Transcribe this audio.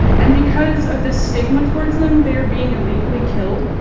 and because of this stigma towards them they're being illegally killed.